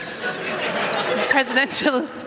Presidential